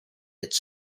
its